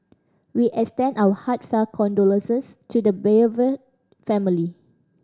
we extend our heartfelt condolences to the bereaved family